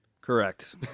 Correct